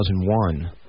2001